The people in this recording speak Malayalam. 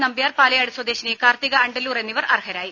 നമ്പ്യാർ പാലയാട് സ്വദേശിനി കാർത്തിക അണ്ടലൂർ എന്നിവർ അർഹരായി